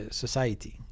society